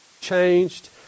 changed